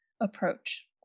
approach